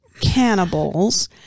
cannibals